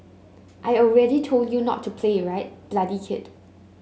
I already told you not to play right bloody kid